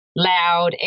loud